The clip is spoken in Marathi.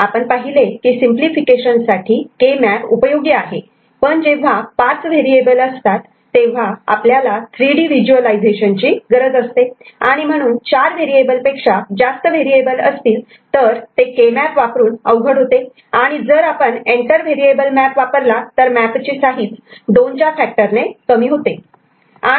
आपण पाहिले की सिंपलिफिकेशन साठी के मॅप उपयोगी आहे पण जेव्हा पाच व्हेरिएबल असतात तेव्हा आपल्याला थ्रीडी व्हिज्युअलायझेशन ची गरज असते आणि म्हणून चार व्हेरिएबल पेक्षा जास्त व्हेरिएबल असतील तर के मॅप वापरून अवघड होते आणि जर आपण एण्टर व्हेरिएबल मॅप वापरला तर मॅप ची साईज दोन च्या फॅक्टर ने कमी होते